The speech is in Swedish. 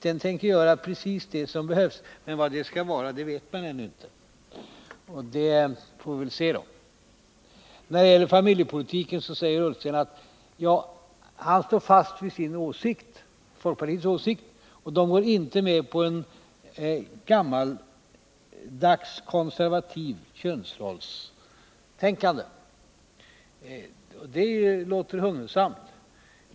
Den tänker göra precis det som behövs. Men vad det skall vara vet man ännu inte. Vi får väl se. När det gäller familjepolitiken säger Ola Ullsten att han står fast vid folkpartiets åsikt. Man går inte med på något gammaldags konservativt könsrollstänkande. Det låter hugnesamt.